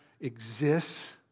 exists